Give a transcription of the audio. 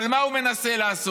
אבל מה הוא מנסה לעשות?